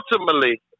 ultimately